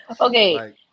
Okay